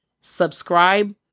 subscribe